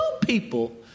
people